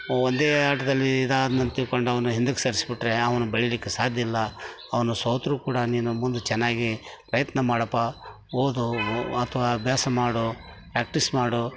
ಒಂದೇ ಆಟದಲ್ಲಿ ಇದು ಆದೆನಂತ ತಿಳ್ಕೊಂಡು ಅವ್ನ ಹಿಂದಕ್ಕೆ ಸರಿಸಿಬಿಟ್ರೆ ಅವನು ಬೆಳೀಲಿಕ್ಕೆ ಸಾಧ್ಯಯಿಲ್ಲ ಅವನು ಸೋತರೂ ಕೂಡ ನೀನು ಮುಂದೆ ಚೆನ್ನಾಗಿ ಪ್ರಯತ್ನ ಮಾಡಪ್ಪ ಓದು ಅಥ್ವಾ ಅಭ್ಯಾಸ ಮಾಡು ಪ್ರಾಕ್ಟೀಸ್ ಮಾಡು